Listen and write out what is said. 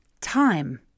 time